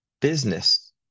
business